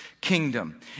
kingdom